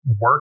work